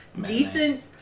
decent